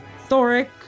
Thoric